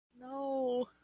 No